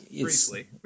briefly